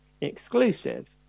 exclusive